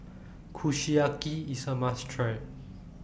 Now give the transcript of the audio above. Kushiyaki IS A must Try